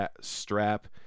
strap